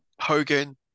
Hogan